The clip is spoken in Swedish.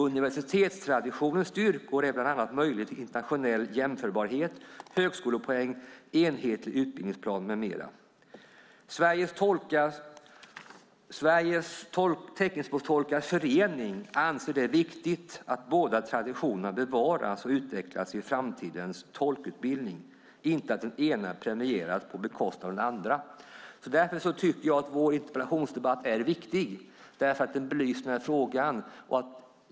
Universitetstraditionens styrkor är bl.a. möjligheter till internationell jämförbarhet, högskolepoäng, enhetlig utbildningsplan mm. STTF anser det viktigt att båda traditionerna bevaras och utvecklas i framtidens tolkutbildning - inte att den ena premieras på bekostnad av den andra." Därför tycker jag att vår interpellationsdebatt är viktig; den belyser den här frågan.